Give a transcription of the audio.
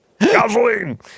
gasoline